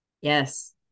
Yes